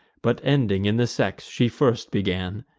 but ending in the sex she first began.